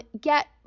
Get